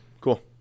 cool